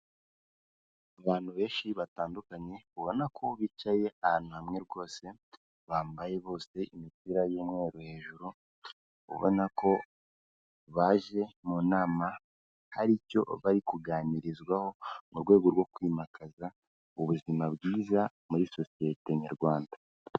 Abantu benshi batandukanye ubona ko bicaye ahantu hamwe rwose, bambaye bose imipira y'umweru hejuru, ubona ko baje mu nama hari icyo bari kuganirizwaho mu rwego rwo kwimakaza ubuzima bwiza muri sosiyete nyarwanda.